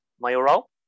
Mayoral